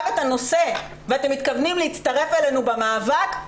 את הנושא ואתם מתכוונים להצטרף אלינו במאבק,